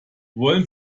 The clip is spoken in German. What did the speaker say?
wollen